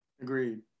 Agreed